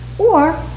or